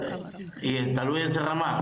תלוי איזה רמה,